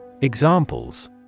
Examples